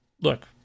look